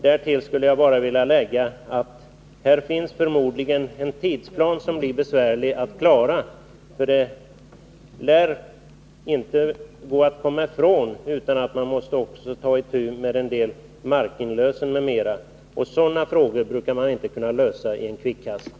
Jag skulle bara vilja tillägga att här finns en tidplan som förmodligen blir besvärlig att klara — det lär inte gå att komma ifrån att ta itu med markinlösen m.m. Sådana frågor brukar man inte kunna lösa i en hast.